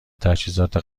تجهیزات